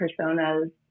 personas